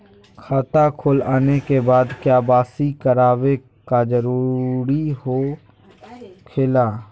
खाता खोल आने के बाद क्या बासी करावे का जरूरी हो खेला?